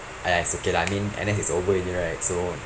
!aiya! it's okay lah I mean N_S is over already right so